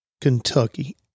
Kentucky